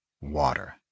Water